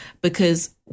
because-